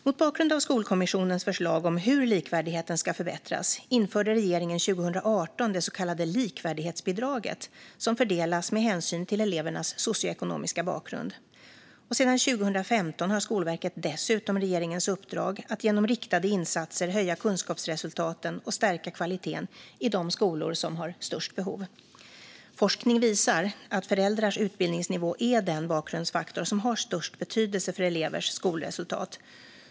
Mot bakgrund av Skolkommissionens förslag om hur likvärdigheten ska förbättras införde regeringen 2018 det så kallade likvärdighetsbidraget, som fördelas med hänsyn till elevernas socioekonomiska bakgrund. Sedan 2015 har Skolverket dessutom regeringens uppdrag att genom riktade insatser höja kunskapsresultaten och stärka kvaliteten i de skolor som har störst behov. Forskning visar att föräldrars utbildningsnivå är den bakgrundsfaktor som har störst betydelse för elevers skolresultat.